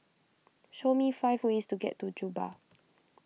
show me five ways to get to Juba